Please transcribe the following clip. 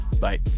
Bye